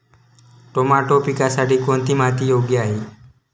Tomato पिकासाठी कोणती माती योग्य आहे?